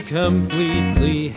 completely